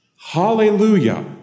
Hallelujah